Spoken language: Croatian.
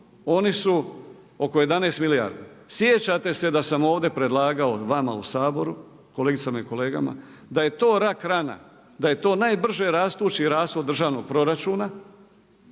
oni su oko 11 milijardi. Sjećate da sam ovdje predlagao vama u Saboru kolegicama i kolegama, da je to rak rana da je to najbrže rastući rashod državnog proračuna,